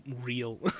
real